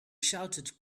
shouted